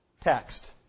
text